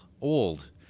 old